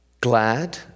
Glad